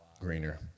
greener